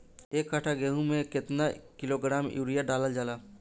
एक कट्टा गोहूँ में केतना किलोग्राम यूरिया डालल जाला?